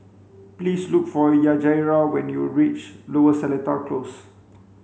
please look for Yajaira when you reach Lower Seletar Close